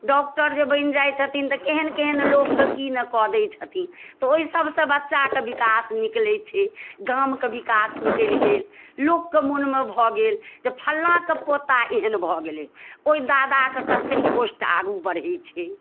doctor जे बनि जाइ छथिन तऽ केहन केहन लोकके की नहि कऽ दै छथिन तऽ ओहि सबसँ बच्चाके विकास निकलै छै गामके विकास निकैल गेल लोकके मनमे भऽ गेल जे फलनाके पोता एहन भऽ गेलै ओहि दादाके कतेक पोस्ट आगू बढ़ै छै